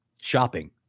shopping